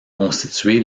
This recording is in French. constitué